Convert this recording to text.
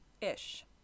ish